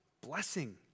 blessing